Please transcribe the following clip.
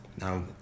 Now